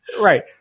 Right